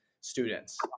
students